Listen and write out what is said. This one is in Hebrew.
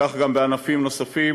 כך גם בענפים נוספים